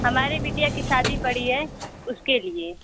हमारी बिटिया की शादी पड़ी है उसके लिये